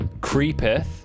creepeth